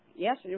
Yes